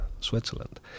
Switzerland